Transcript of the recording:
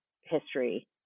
history